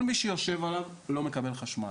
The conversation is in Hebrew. כל מי שיושב עליו לא מקבל חשמל.